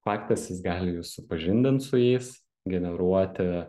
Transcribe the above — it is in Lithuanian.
faktas jis gali jus supažindint su jais generuoti